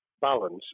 balance